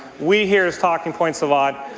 we hear his talking points a lot.